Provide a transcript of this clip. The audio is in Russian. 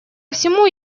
всему